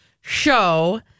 show